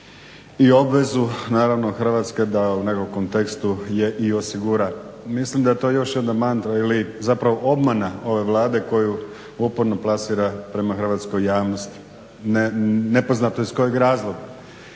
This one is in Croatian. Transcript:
i obvezu naravno Hrvatske da u nekom kontekstu je i osigura. Mislim da je to još jedna mantra ili zapravo obmana ove Vlade koju uporno plasira prema hrvatskoj javnosti. Nepoznato je iz kojeg razloga.